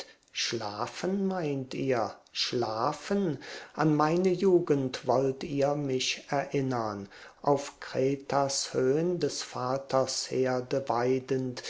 schlafen meint ihr schlafen an meine jugend wollt ihr mich erinnern auf kretas höhn des vaters herde